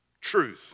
truth